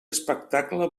espectacle